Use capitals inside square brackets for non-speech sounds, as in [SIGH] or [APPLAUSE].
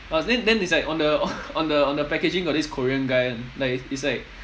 ah then then then it's like on the [LAUGHS] on the on the packaging got this korean guy [one] like it's like